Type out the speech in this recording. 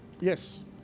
Yes